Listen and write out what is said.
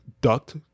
duct